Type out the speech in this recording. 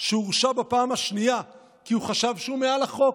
שהורשע בפעם השנייה כי הוא חשב שהוא מעל החוק,